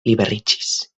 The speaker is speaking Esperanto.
liberiĝis